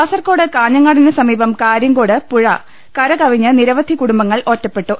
കാസർകോഡ് കാഞ്ഞങ്ങാടിന് സമീപം കാര്യങ്കോട് പുഴ കരകവിഞ്ഞ് നിരവധി കുടുംബങ്ങൾ ഒറ്റപ്പെട്ടു